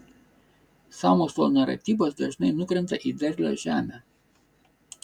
sąmokslo naratyvas dažnai nukrenta į derlią žemę